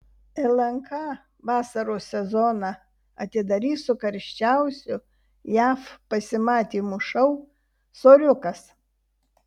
lnk vasaros sezoną atidarys su karščiausiu jav pasimatymų šou soriukas